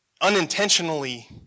unintentionally